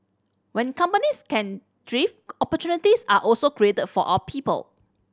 when companies can drift opportunities are also created for our people